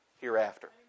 hereafter